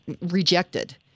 rejected